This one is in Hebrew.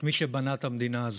את מי שבנה את המדינה הזאת,